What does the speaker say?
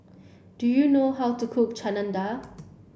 do you know how to cook Chana Dal